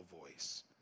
voice